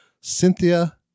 cynthia